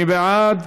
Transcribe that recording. מי בעד?